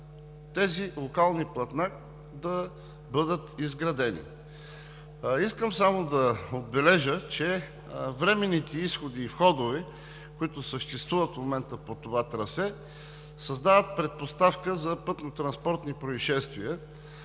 тези локални платна да бъдат изградени. Искам само да отбележа, че временните изходи и входове, които съществуват в момента по това трасе, създават предпоставка за пътнотранспортни произшествия.